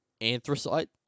anthracite